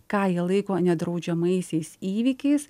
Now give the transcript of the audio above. ką jie laiko nedraudžiamaisiais įvykiais